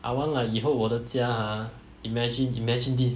I want like 以后我的家 ha imagine imagine this